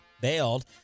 bailed